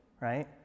Right